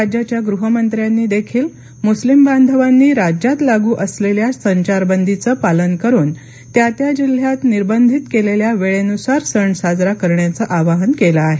राज्याच्या गृहमंत्र्यांनी देखील मुस्लीम बांधवानी राज्यात लागू असलेल्या संचारबंदीचं पालन करून त्या त्या जिल्ह्यात निर्बंधित केलेल्या वेळेनुसार सण साजरा करण्याचं आवाहन केलं आहे